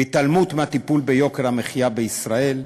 והתעלמות מהטיפול ביוקר המחיה בישראל.